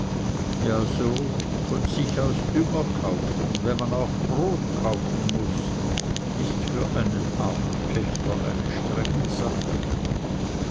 ja so von sich aus dünger kaufen wenn man auch brot kaufen muß ist für einen armen pächter eine strenge sache